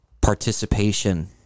participation